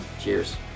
Cheers